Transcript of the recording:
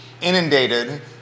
inundated